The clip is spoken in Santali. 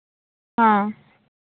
ᱦᱮᱸ